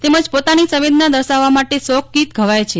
તેમજ પોતની સવેદના દર્શાવવા માટે શોકગોત ગ વાફ છે